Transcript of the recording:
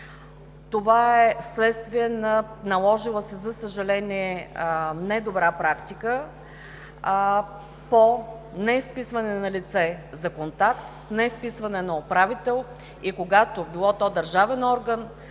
Това е вследствие на наложила се, за съжаление, недобра практика по невписване на лице за контакт, невписване на управител и, когато било то държавен орган,